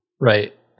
Right